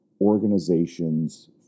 organizations